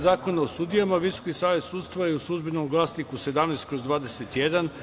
Zakon o sudijama, Visoki savet sudstva je u „Službenom glasniku 17/